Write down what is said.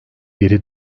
geri